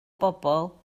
bobl